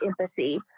empathy